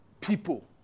people